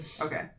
Okay